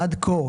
עד כה,